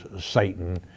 Satan